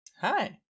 Hi